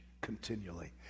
continually